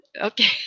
okay